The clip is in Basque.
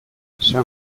san